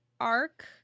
arc